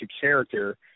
character